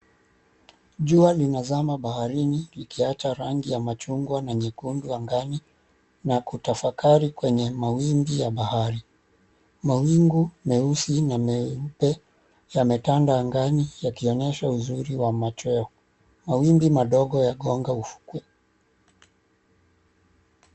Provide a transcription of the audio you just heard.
Jua llinazama baharini likiacha rangi ya machungwa na nyekundu angani na kutafakari kwenye mawimbi ya bahari. Mawingu meusi na meupe yametanda angani yakionyesha uzuri wa machweo. Mawimbi madogo yagonga ufukwe.